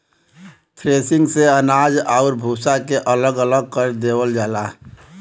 threshing से अनाज आउर भूसा के अलग अलग कर देवल जाला